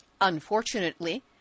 Unfortunately